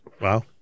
Wow